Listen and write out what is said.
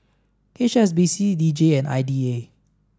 H S B C D J and I D A